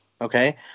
Okay